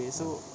mm